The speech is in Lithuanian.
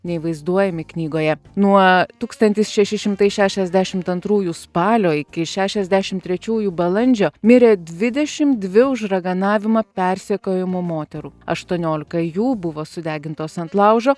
nei vaizduojami knygoje nuo tūkstantis šeši šimtai šešiasdešimt antrųjų spalio iki šešiasdešimt trečiųjų balandžio mirė dvidešim dvi už raganavimą persekiojamų moterų aštuoniolika jų buvo sudegintos ant laužo